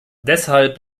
deshalb